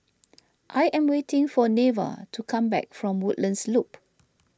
I am waiting for Neva to come back from Woodlands Loop